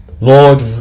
Lord